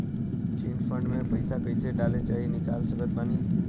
Chit fund मे पईसा कईसे डाल चाहे निकाल सकत बानी?